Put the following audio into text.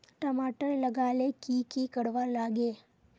टमाटर लगा ले की की कोर वा लागे?